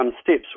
steps